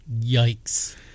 Yikes